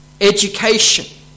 education